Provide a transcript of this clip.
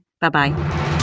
Bye-bye